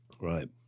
Right